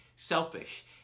selfish